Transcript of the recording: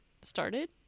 started